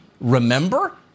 remember